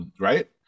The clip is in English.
right